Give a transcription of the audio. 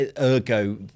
ergo